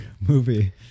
movie